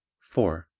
four.